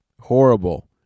Horrible